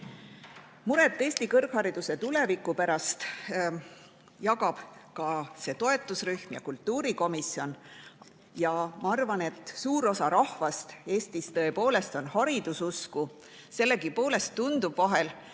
Muret Eesti kõrghariduse tuleviku pärast jagavad ka see toetusrühm ja kultuurikomisjon. Ma arvan, et suur osa Eesti rahvast on tõepoolest hariduse usku. Sellegipoolest tundub vahel, et